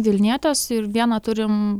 vilnietės ir vieną turim